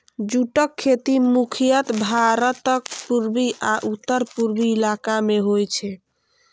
जूटक खेती मुख्यतः भारतक पूर्वी आ उत्तर पूर्वी इलाका मे होइ छै